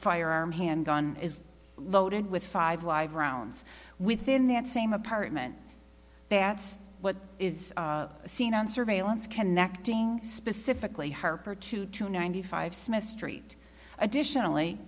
firearm handgun is loaded with five live rounds within that same apartment that's what is seen on surveillance connecting specifically harper two to ninety five smith street edition